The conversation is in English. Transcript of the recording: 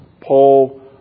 Paul